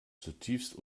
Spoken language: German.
zutiefst